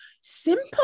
simple